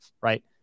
right